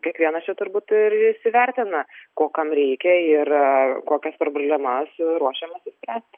kiekvienas čia turbūt ir įsivertina ko kam reikia ir kokias problemas ruošiamasi spręsti